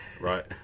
Right